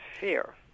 fear